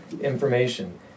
information